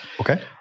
Okay